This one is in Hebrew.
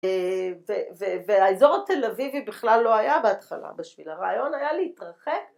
והאזור התל אביבי בכלל לא היה בהתחלה בשביל הרעיון היה להתרחק.